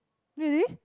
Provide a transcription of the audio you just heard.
really